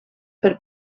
per